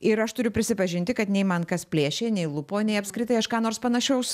ir aš turiu prisipažinti kad nei man kas plėšė nei lupo nei apskritai aš ką nors panašaus